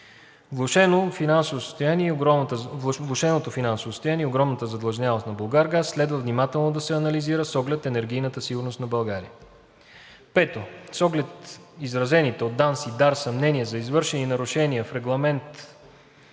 Влошеното финансово състояние и огромната задлъжнялост на „Булгаргаз“ следва внимателно да се анализира с оглед енергийната сигурност на България. 5. С оглед изразените от ДАНС и ДАР съмнения за извършени нарушения на Регламент